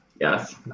Yes